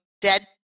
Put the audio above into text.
dead